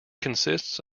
consists